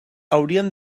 haurien